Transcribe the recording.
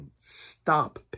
stop